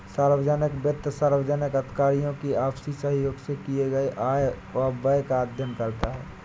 सार्वजनिक वित्त सार्वजनिक अधिकारियों की आपसी सहयोग से किए गये आय व व्यय का अध्ययन करता है